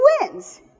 wins